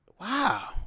wow